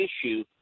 issue